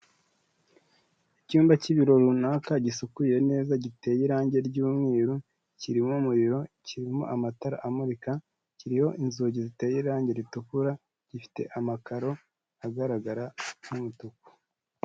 Icyumba cy'ibiro runaka gisukuye neza giteye irangi ry'umweru, kirimo umuriro, kirimo amatara amurika, kiriho inzugi ziteye irangi ritukura, gifite amakaro agaragara nk'umutuku.